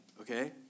okay